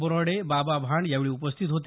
बोराडे बाबा भांड यावेळी उपस्थित होते